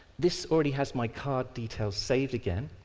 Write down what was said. this already has my card details saved again,